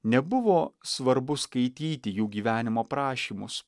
nebuvo svarbu skaityti jų gyvenimo aprašymus